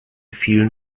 fielen